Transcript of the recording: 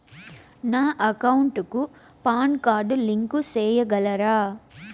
నా అకౌంట్ కు PAN card link సేయగలరా?